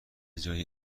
جای